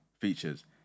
features